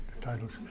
titles